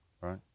right